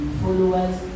followers